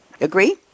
Agree